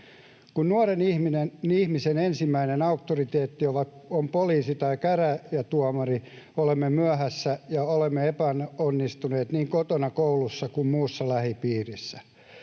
Kun nuoren ihmisen ensimmäinen auktoriteetti on poliisi tai käräjätuomari, olemme myöhässä ja olemme epäonnistuneet niin kotona, koulussa kuin muussakin lähipiirissä.